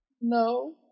No